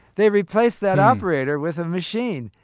they replaced that operator with a machine.